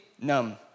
numb